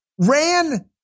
ran